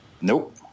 Nope